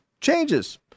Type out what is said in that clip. Changes